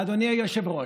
אדוני היושב-ראש,